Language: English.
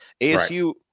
ASU